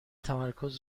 تمرکز